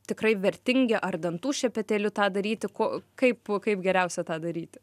tikrai vertingi ar dantų šepetėliu tą daryti ko kaip kaip geriausia tą daryti